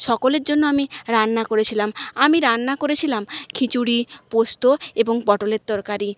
সকলের জন্য আমি রান্না করেছিলাম আমি রান্না করেছিলাম খিচুড়ি পোস্ত এবং পটলের তরকারি